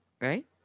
right